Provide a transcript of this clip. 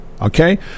Okay